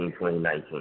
2019